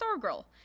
Stargirl